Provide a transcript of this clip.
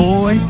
Boy